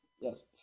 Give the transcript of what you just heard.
Yes